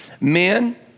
Men